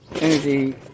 energy